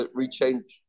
rechange